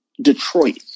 Detroit